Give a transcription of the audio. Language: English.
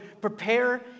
prepare